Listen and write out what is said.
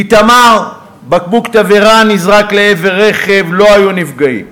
איתמר, בקבוק תבערה נזרק לעבר רכב, לא היו נפגעים,